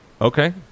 Okay